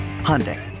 Hyundai